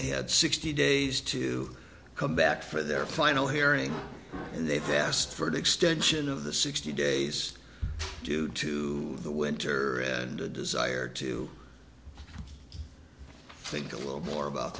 they had sixty days to come back for their final hearing and they've asked for an extension of the sixty days due to the winter and a desire to think a little more about